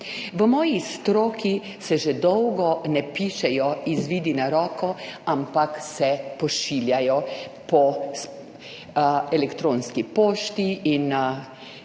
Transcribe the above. V moji stroki se že dolgo ne pišejo izvidi na roko, ampak se pošiljajo po elektronski pošti in